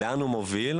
לאן הוא מוביל?